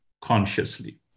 consciously